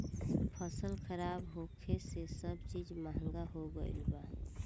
फसल खराब होखे से सब चीज महंगा हो गईल बा